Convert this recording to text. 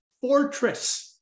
fortress